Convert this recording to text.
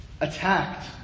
attacked